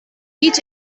each